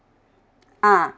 ah